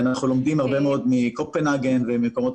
אנחנו לומדים הרבה מאוד מקופנהגן וממקומות